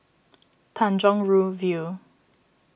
Tanjong Rhu View